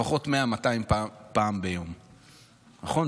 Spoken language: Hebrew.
לפחות 100, 200 פעם ביום, נכון?